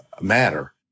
matter